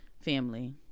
family